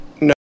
no